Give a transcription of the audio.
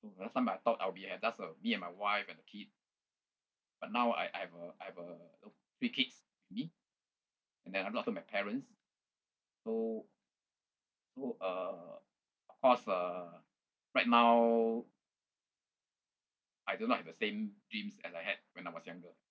so last time I thought I'll be at just uh me and my wife and kid but now I I've uh I've uh you know three kids with me and there also my parents so so uh of course uh right now I do not have the same dreams as I had when I was younger